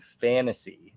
fantasy